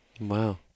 Wow